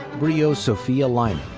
brio sophia lynam.